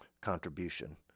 contribution